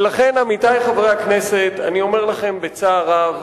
ולכן, עמיתי חברי הכנסת, אני אומר לכם בצער רב,